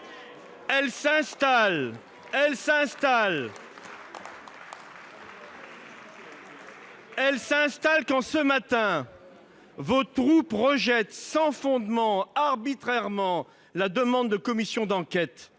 Elle s'installe quand, ce matin, vos troupes rejettent sans fondement, arbitrairement, la demande de commission d'enquête